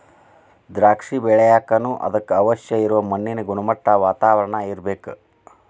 ದ್ರಾಕ್ಷಿ ಬೆಳಿಯಾಕನು ಅದಕ್ಕ ಅವಶ್ಯ ಇರು ಮಣ್ಣಿನ ಗುಣಮಟ್ಟಾ, ವಾತಾವರಣಾ ಇರ್ಬೇಕ